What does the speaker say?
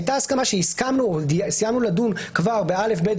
הייתה הסכמה שסיימנו לדון כבר ב-א',ב',